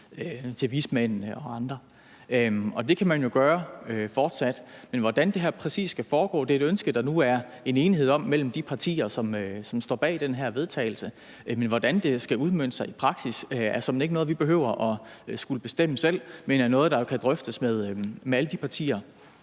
til vismændene og andre, og det kan man jo fortsat gøre. Det er et ønske, der nu er enighed om blandt de partier, som står bag det her forslag til vedtagelse, men hvordan det skal udmøntes i praksis, er såmænd ikke noget, vi behøver at skulle bestemme selv; det er noget, der kan drøftes med alle de partier,